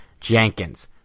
Jenkins